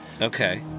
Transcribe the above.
okay